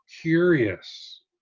curious